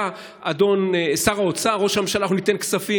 בא אדון שר האוצר, ראש הממשלה: אנחנו ניתן כספים.